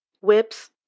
whips